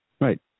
Right